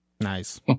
Nice